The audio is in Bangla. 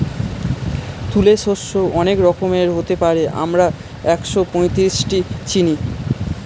তুলে শস্য অনেক রকমের হতে পারে, আমরা একশোপঁয়ত্রিশটি চিনি